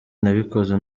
nabikoze